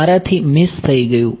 મારાથી મીસ થઇ ગયું